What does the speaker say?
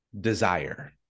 desire